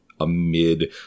amid